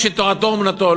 מי שתורתו אומנותו.